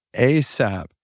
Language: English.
ASAP